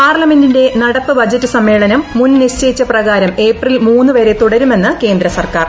പാർലമെന്റിന്റെ നടപ്പ് ബജറ്റ് സമ്മേളനം മുൻ നിശ്ചയിച്ച പ്രകാരം ഏപ്രിൽ മൂന്ന് വരെ തുടരുമെന്ന് കേന്ദ്ര സർക്കാർ